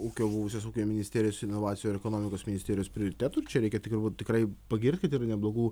ūkio buvusios ūkio ministerijos inovacijų ir ekonomikos ministerijos prioritetų čia reikia tik galbūt tikrai pagirti tai yra neblogų